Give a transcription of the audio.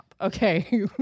Okay